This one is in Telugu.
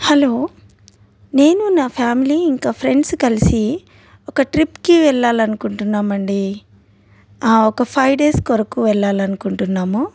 హలో నేను నా ఫ్యామిలీ ఇంకా ఫ్రెండ్స్ కలిసి ఒక ట్రిప్కి వెళ్ళాలని అనుకుంటున్నాము అండి ఒక ఫైవ్ డేస్ కొరకు వెళ్ళాలని అనుకుంటున్నాము